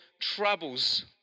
troubles